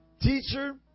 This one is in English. Teacher